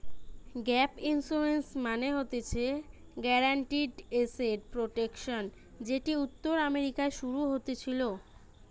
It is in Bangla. গ্যাপ ইন্সুরেন্স মানে হতিছে গ্যারান্টিড এসেট প্রটেকশন যেটি উত্তর আমেরিকায় শুরু হতেছিলো